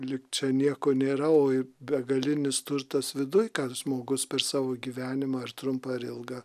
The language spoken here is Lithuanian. lyg čia nieko nėra o ir begalinis turtas viduj ką žmogus per savo gyvenimą ar trumpą ar ilgą